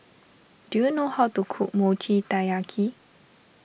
do you know how to cook Mochi Taiyaki